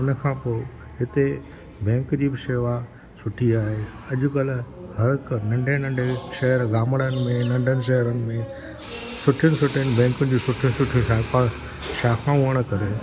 उनखां पोइ हिते बैंक जी बि शेवा सुठी आहे अॼुकल्ह हर हिकु नंढे नंढे शहर गामड़नि में नंढनि शहरनि में सुठियुनि सुठियुनि बैंकुनि जीअं सुठियूं सिठियूं शाखाए शाखाऊं हुअणु करे